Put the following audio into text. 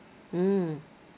mm